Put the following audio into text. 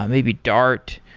um maybe dart,